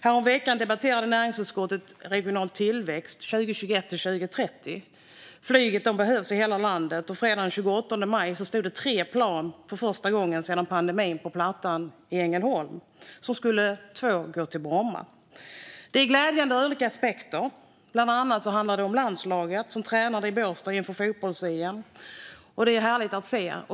Häromveckan debatterade näringsutskottet regional tillväxt 2021-2030. Flyget behövs i hela landet. Fredagen den 28 maj stod det för första gången sedan pandemin började tre plan på plattan i Ängelholm. Två av dem skulle till Bromma. Det är glädjande ur olika aspekter. Bland annat handlar det om landslaget, som tränade i Båstad inför fotbolls-EM. Det är härligt att se.